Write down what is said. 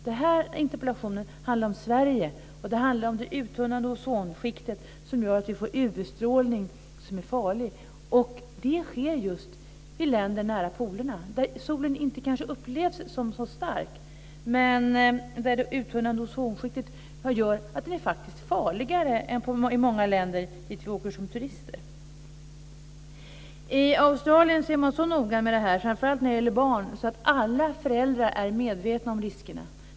Den här interpellationen handlar om Sverige och det uttunnande ozonskiktet som gör att vi får UV-strålning som är farlig. Det sker just i länder nära polerna. Där upplevs solen kanske inte som så stark, men det uttunnande ozonskiktet gör att den faktiskt är farligare än i många länder dit vi åker som turister. I Australien är man så noga med detta, framför allt när det gäller barn, att alla föräldrar är medvetna om riskerna.